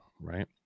right